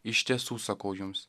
iš tiesų sakau jums